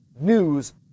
News